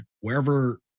wherever